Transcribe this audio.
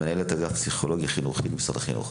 מנהלת אגף פסיכולוגיה חינוכית במשרד החינוך,